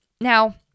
Now